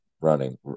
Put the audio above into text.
running